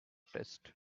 test